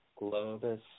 Globus